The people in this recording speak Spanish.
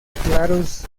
claros